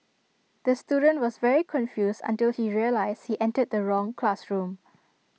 the student was very confused until he realised he entered the wrong classroom